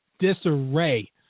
disarray